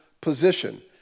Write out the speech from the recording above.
position